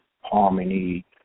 Harmony